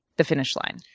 the finish line,